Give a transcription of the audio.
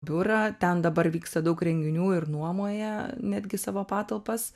biurą ten dabar vyksta daug renginių ir nuomoja netgi savo patalpas